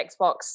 Xbox